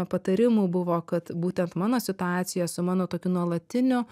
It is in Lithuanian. patarimų buvo kad būtent mano situacija su mano tokiu nuolatiniu